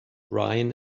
brian